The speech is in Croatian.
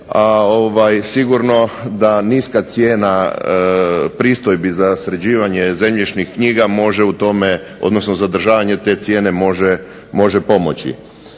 sigurno da niska cijena pristojbi za sređivanje zemljišnih knjiga može u tome, odnosno zadržavanje te cijene može pomoći.